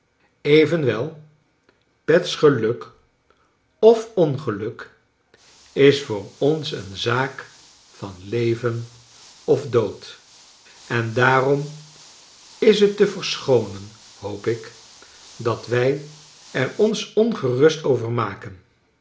evenwel pet's geluk of ongeluk is voor ons een zaak van leven of dood en daarom is het te versclioonen hoop ik dat wij er ons ongerust over maken